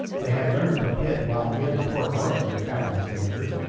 they had learnt from pitt while yet in port royal of their captain's danger,